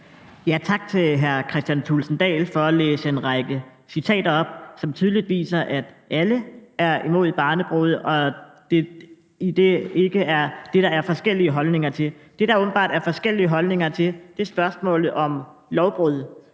Tak til hr. Kristian Thulesen Dahl for at læse en række citater op, som tydeligt viser, at alle er imod barnebrude, og at det ikke er det, der er forskellige holdninger til. Det, der åbenbart er forskellige holdninger til, er spørgsmålet om lovbrud.